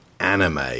anime